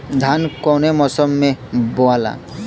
धान कौने मौसम मे बोआला?